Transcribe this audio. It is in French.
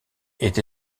est